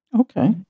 Okay